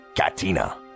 katina